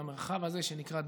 למרחב הזה שנקרא דרך,